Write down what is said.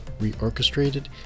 reorchestrated